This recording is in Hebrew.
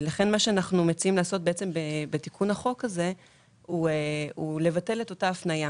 מה שאנחנו מציעים לעשות בתיקון החוק הזה הוא לבטל את אותה הפניה